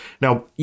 now